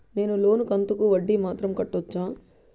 నేను లోను కంతుకు వడ్డీ మాత్రం కట్టొచ్చా?